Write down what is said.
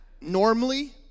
Normally